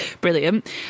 brilliant